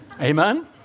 Amen